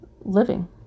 living